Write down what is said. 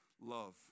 love